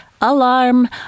Alarm